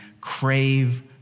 crave